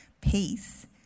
peace